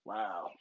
Wow